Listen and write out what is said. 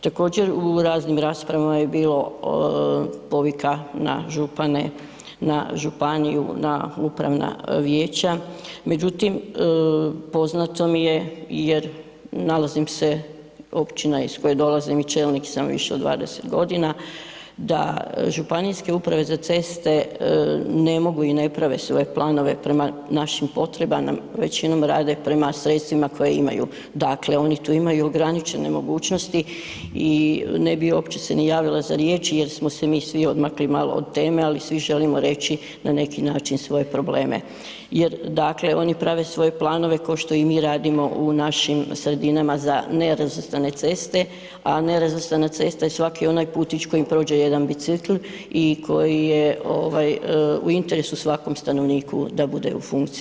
Također u raznim raspravama je bilo povika na župane, na županiju, na upravna vijeća međutim poznato mi je jer nalazim se, općina iz koje dolazim i čelnik sam više od 20 g., da ŽUC-ovi ne mogu i ne prave svoje planove prema našim potrebama, većinom rade prema sredstvima koje imaju, dakle oni tu imaju ograničene mogućnosti i ne bi uopće se ni javila za riječ jer smo se mi svi odmakli malo od teme ali svi želimo reći na neki način svoje probleme, jer dakle oni prave svoje planove košto i mi radimo u našim sredinama za nerazvrstane ceste, a nerazvrstana cesta je svaki onaj putić kojim prođe jedan bicikl i koji je ovaj u interesu svakom stanovniku da bude u funkciji.